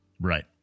Right